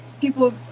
people